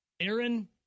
Aaron